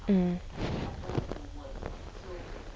mm